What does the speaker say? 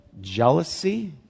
jealousy